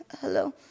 hello